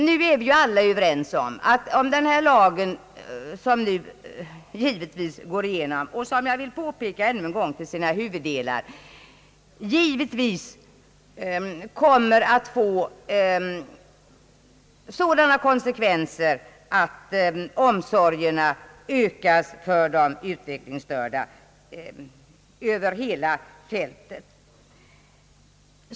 Alla är ju överens om att om den här lagen till sina huvuddelar — det vill jag påminna om ännu en gång — går igenom, kommer detta naturligtvis att få sådana konsekvenser att omsorgerna om de utvecklingsstörda ökas över hela fältet.